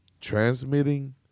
transmitting